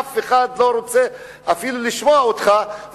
אף אחד לא רוצה אפילו לשמוע אותך.